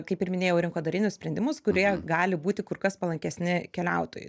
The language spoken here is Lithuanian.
kaip ir minėjau rinkodarinius sprendimus kurie gali būti kur kas palankesni keliautojui